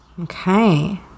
Okay